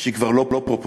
שהיא כבר לא פרופורציונלית,